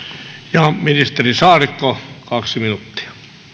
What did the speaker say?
ministeri saarikko kaksi minuuttia